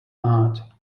art